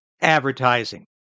advertising